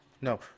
No